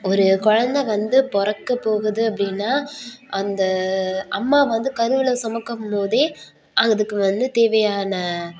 ஒரு குழந்த வந்து பிறக்க போகுது அப்படின்னா அந்த அம்மா வந்து கருவில் சுமக்கம்போதே அதுக்கு வந்து தேவையான